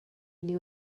knew